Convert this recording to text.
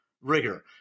rigor